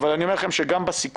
אבל אני אומר לכם שגם בסיכום